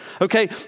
okay